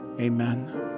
Amen